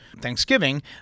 Thanksgiving